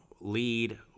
lead